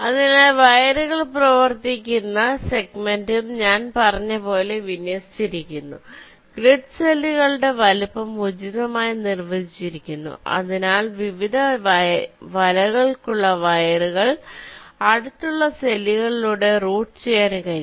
അതിനാൽ വയറുകൾ പ്രവർത്തിക്കുന്ന സെഗ്മെന്റും ഞാൻ പറഞ്ഞതുപോലെ വിന്യസിച്ചിരിക്കുന്നു ഗ്രിഡ് സെല്ലുകളുടെ വലുപ്പം ഉചിതമായി നിർവചിച്ചിരിക്കുന്നു അതിനാൽ വിവിധ വലകൾക്കുള്ള വയറുകൾ അടുത്തുള്ള സെല്ലുകളിലൂടെ റൂട്ട് ചെയ്യാൻ കഴിയും